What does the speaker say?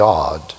God